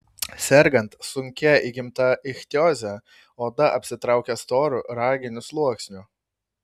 sergant sunkia įgimta ichtioze oda apsitraukia storu raginiu sluoksniu